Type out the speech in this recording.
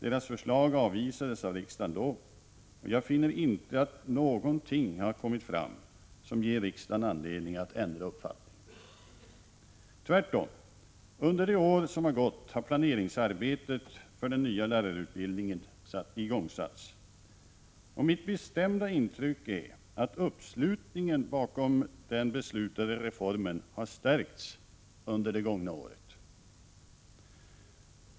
Deras förslag avvisades av riksdagen då, och jag finner inte att någonting har kommit fram som ger riksdagen anledning att ändra uppfattning. Tvärtom, under det år som gått har planeringsarbetet för den nya lärarutbildningen igångsatts, och mitt bestämda intryck är att uppslutningen bakom den beslutade reformen har stärkts under det gångna året.